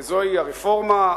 זוהי הרפורמה,